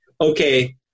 okay